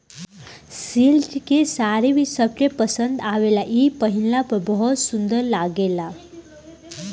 silk के साड़ी भी सबके पसंद आवेला इ पहिनला पर बहुत सुंदर लागेला